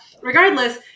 regardless